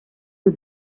you